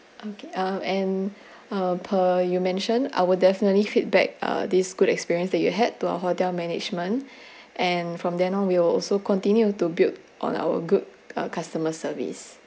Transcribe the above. okay and uh per you mention I would definitely feedback uh this good experience that you had to our hotel management and from there on we will also continue to build on our good uh customer service